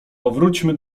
powróćmy